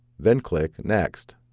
then click next.